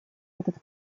этот